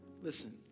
Listen